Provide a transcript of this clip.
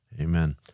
Amen